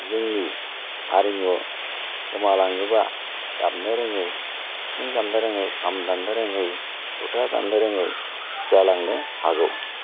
जोंनि हारिमु गोमालाङोबा दामनो रोङै सिफुं दामनो रोङै खाम दामनो रोङै जथा दामनो रोङै जालांनो हागौ